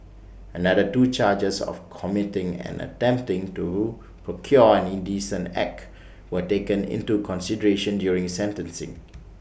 another two charges of committing and attempting to procure an indecent act were taken into consideration during sentencing